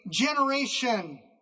generation